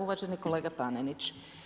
Uvaženi kolega Panenić.